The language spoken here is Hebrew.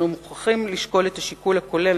אנחנו מוכרחים לשקול את השיקול הכולל.